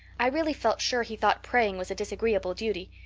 i really felt sure he thought praying was a disagreeable duty.